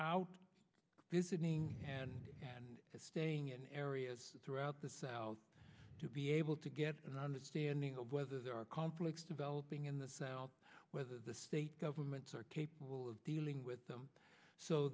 are visiting and staying in areas throughout the south to be able to get an understanding of whether there are conflicts developing in the south whether the state governments are capable of dealing with them so